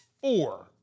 four